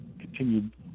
continued